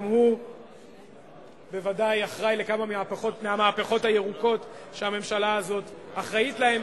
גם הוא בוודאי אחראי לכמה מהמהפכות הירוקות שהממשלה הזאת אחראית להן.